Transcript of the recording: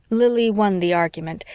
lili won the argument,